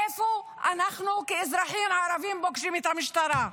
איפה אנחנו כאזרחים ערבים פוגשים את המשטרה?